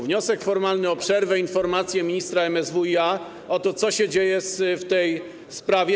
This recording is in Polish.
Wniosek formalny o przerwę i informację ministra MSWiA o to, co się dzieje w tej sprawie.